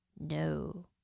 No